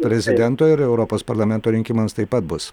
prezidento ir europos parlamento rinkimams taip pat bus